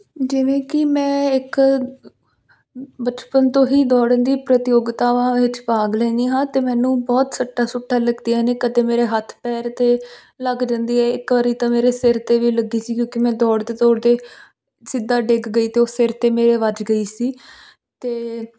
ਜਿਵੇਂ ਕਿ ਮੈਂ ਇੱਕ ਬਚਪਨ ਤੋਂ ਹੀ ਦੌੜਨ ਦੀ ਪ੍ਰਤਿਯੋਗਤਾਵਾਂ ਵਿੱਚ ਭਾਗ ਲੈਂਦੀ ਹਾਂ ਅਤੇ ਮੈਨੂੰ ਬਹੁਤ ਸੱਟਾਂ ਸੁੱਟਾ ਲੱਗਦੀਆਂ ਨੇ ਕਦੇ ਮੇਰੇ ਹੱਥ ਪੈਰ 'ਤੇ ਲੱਗ ਜਾਂਦੀ ਹੈ ਇੱਕ ਵਾਰੀ ਤਾਂ ਮੇਰੇ ਸਿਰ 'ਤੇ ਵੀ ਲੱਗੀ ਸੀ ਕਿਉਂਕਿ ਮੈਂ ਦੌੜਦੇ ਦੌੜਦੇ ਸਿੱਧਾ ਡਿੱਗ ਗਈ ਅਤੇ ਉਹ ਸਿਰ 'ਤੇ ਮੇਰੇ ਵੱਜ ਗਈ ਸੀ ਅਤੇ